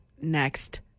next